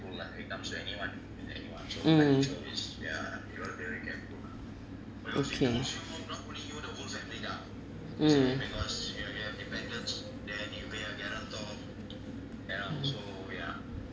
mm okay mm